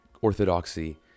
Orthodoxy